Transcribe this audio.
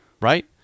right